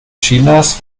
chinas